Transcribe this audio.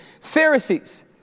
Pharisees